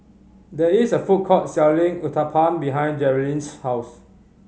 there is a food court selling Uthapam behind Geralyn's house